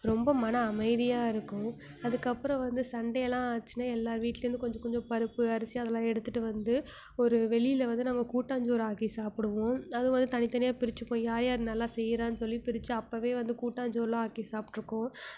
ரொம்ப மன அமைதியாக இருக்கும் அதுக்கப்புறம் வந்து சன்டேலாம் ஆச்சுன்னா எல்லார் வீட்லேருந்து கொஞ்சம் கொஞ்சம் பருப்பு அரிசி அதெல்லாம் எடுத்துட்டு வந்து ஒரு வெளியில் வந்து நாங்கள் கூட்டாஞ்சோறு ஆக்கி சாப்பிடுவோம் அது வந்து தனி தனியாக பிரித்துப்போம் யார் யார் நல்லா செய்கிறானு சொல்லி பிரித்து அப்போவே வந்து கூட்டாஞ்சோறெல்லாம் ஆக்கி சாப்பிட்டுருக்கோம்